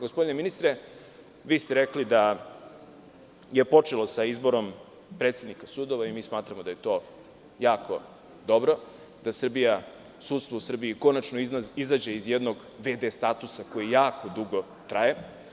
Gospodine ministre, vi ste rekli da je počelo sa izborom predsednika sudova i smatramo da je to jako dobro, da sudstvo u Srbiji konačno izađe iz jednog v.d. statusa koji jako dugo traje.